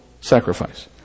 sacrifice